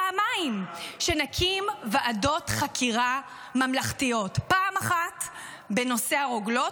פעמיים שנקים ועדות חקירה ממלכתיות: פעם אחת בנושא הרוגלות,